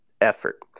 effort